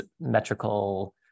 metrical